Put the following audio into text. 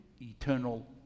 eternal